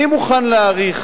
אני מוכן להעריך